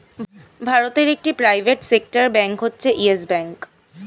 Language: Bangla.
ভারতে একটি প্রাইভেট সেক্টর ব্যাঙ্ক হচ্ছে ইয়েস ব্যাঙ্ক